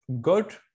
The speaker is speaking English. good